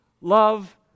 love